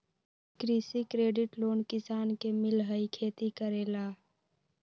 कृषि credit loan किसान के मिलहई खेती करेला?